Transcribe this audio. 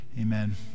Amen